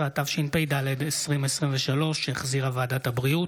15), התשפ"ד 2023, שהחזירה ועדת הבריאות,